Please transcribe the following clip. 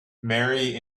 marry